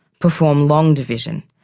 perform long division.